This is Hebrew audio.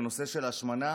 בנושא של השמנה